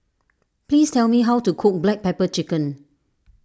please tell me how to cook Black Pepper Chicken